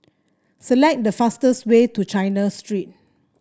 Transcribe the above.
select the fastest way to China Street